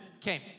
came